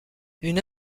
une